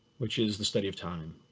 which is the study of time.